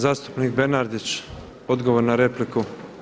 Zastupnik Bernardić, odgovor na repliku.